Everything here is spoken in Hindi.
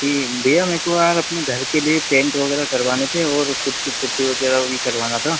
जी भैया मुझको यार अपने घर के लिए पेंट वगैरह करवाने थे और कुछ पुट्टी वगैरह भी करवाना था